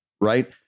Right